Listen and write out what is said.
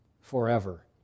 forever